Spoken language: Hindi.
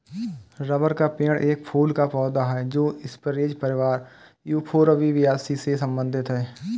रबर का पेड़ एक फूल वाला पौधा है जो स्परेज परिवार यूफोरबियासी से संबंधित है